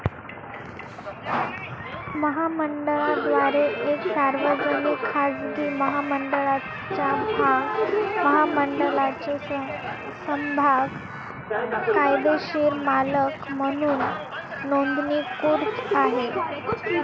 महामंडळाद्वारे एक सार्वजनिक, खाजगी महामंडळाच्या भाग भांडवलाचे समभाग कायदेशीर मालक म्हणून नोंदणीकृत आहे